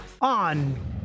on